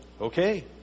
okay